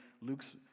Luke's